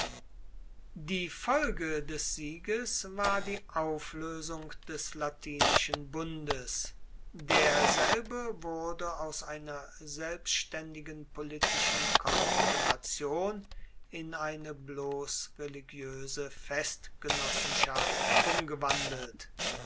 die folge des sieges war die aufloesung des latinischen bundes derselbe wurde aus einer selbstaendigen politischen konfoederation in eine bloss religioese festgenossenschaft umgewandelt